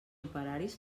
operaris